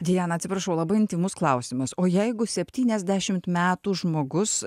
diana atsiprašau labai intymus klausimas o jeigu septyniasdešimt metų žmogus